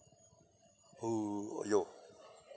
oo !aiyo!